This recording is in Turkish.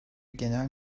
genel